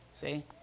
See